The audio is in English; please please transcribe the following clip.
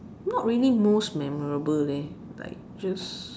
not really most memorable leh like just